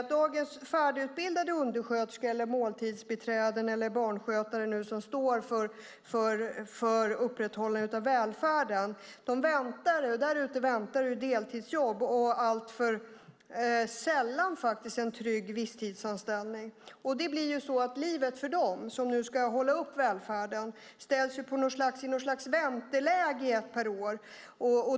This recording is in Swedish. För dagens färdigutbildade undersköterskor, måltidsbiträden eller barnskötare, som står för upprätthållandet av välfärden, väntar deltidsjobb och alltför sällan faktiskt en trygg visstidsanställning. De som nu ska hålla uppe välfärden ställs ju i något slags vänteläge i ett par år.